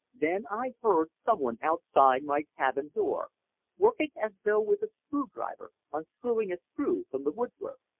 then i heard someone outside my cabin-door working as though with a screwdriver, unscrewing a screw from the woodwork.